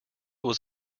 was